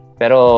pero